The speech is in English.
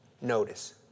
Notice